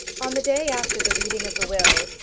on the day after the reading of the will,